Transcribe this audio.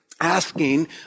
asking